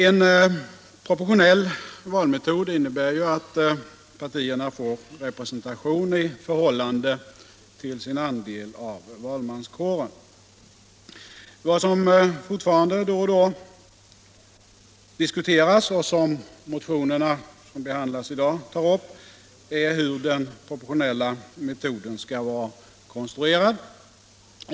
En proportionell valmetod innebär att partierna får representation i förhållande till sin andel av valmanskåren. Vad som fortfarande då och då diskuteras och som de motioner som behandlas i dag tar upp är hur den proportionella metoden skall vara konstruerad.